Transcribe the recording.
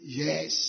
yes